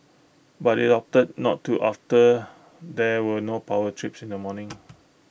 but IT opted not to after there were no power trips in the morning